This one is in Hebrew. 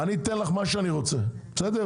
אני אתן לך מה שאני רוצה, בסדר?